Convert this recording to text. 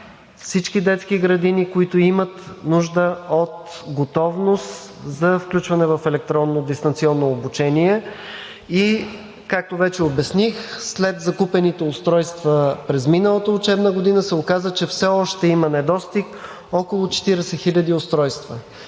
всички детски градини, които имат нужда от готовност за включване в електронно дистанционно обучение и както вече обясних, след закупените устройства през миналата учебна година се оказа, че все още има недостиг около 40 хиляди устройства.